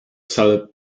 sal